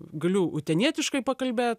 galiu užtenietiškai pakalbėt